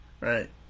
Right